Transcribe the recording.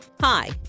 Hi